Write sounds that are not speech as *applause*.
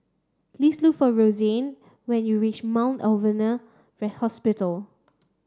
please look for Rosanne when you reach Mount Alvernia *unintelligible* Hospital